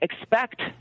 expect